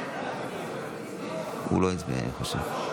אני חושב שהוא לא הצביע.